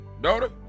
daughter